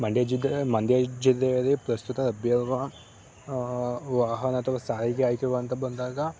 ಮಂಡ್ಯ ಜಿಲ್ಲೆ ಮಂಡ್ಯ ಜಿಲ್ಲೆಯಲ್ಲಿ ಪ್ರಸ್ತುತ ಲಭ್ಯವಿರುವ ವಾಹನ ಅಥವಾ ಸಾರಿಗೆ ಆಯ್ಕೆಯು ಅಂತ ಬಂದಾಗ